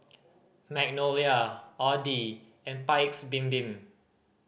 Magnolia Audi and Paik's Bibim